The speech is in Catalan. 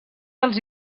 dels